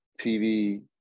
TV